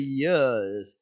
years